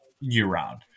year-round